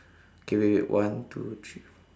okay wait wait one two three four